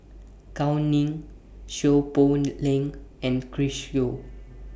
Gao Ning Seow Poh Leng and Chris Yeo